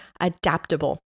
adaptable